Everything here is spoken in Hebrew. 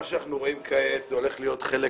מה שאנחנו רואים כעת זה הולך להיות חלק